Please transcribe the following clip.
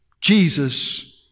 Jesus